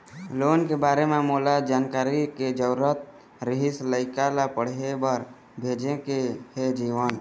loan के बारे म मोला जानकारी के जरूरत रीहिस, लइका ला पढ़े बार भेजे के हे जीवन